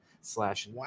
slash